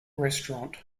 restaurant